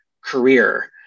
career